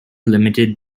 limited